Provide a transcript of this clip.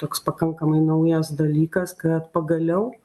toks pakankamai naujas dalykas kad pagaliau